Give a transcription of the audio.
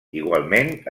igualment